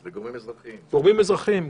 וגורמים אזרחיים.